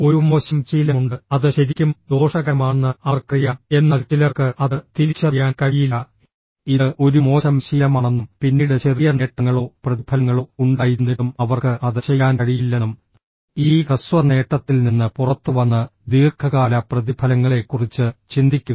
ഒരു മോശം ശീലമുണ്ട് അത് ശരിക്കും ദോഷകരമാണെന്ന് അവർക്കറിയാം എന്നാൽ ചിലർക്ക് അത് തിരിച്ചറിയാൻ കഴിയില്ല ഇത് ഒരു മോശം ശീലമാണെന്നും പിന്നീട് ചെറിയ നേട്ടങ്ങളോ പ്രതിഫലങ്ങളോ ഉണ്ടായിരുന്നിട്ടും അവർക്ക് അത് ചെയ്യാൻ കഴിയില്ലെന്നും ഈ ഹ്രസ്വ നേട്ടത്തിൽ നിന്ന് പുറത്തുവന്ന് ദീർഘകാല പ്രതിഫലങ്ങളെക്കുറിച്ച് ചിന്തിക്കുക